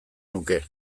nuke